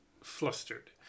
flustered